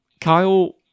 Kyle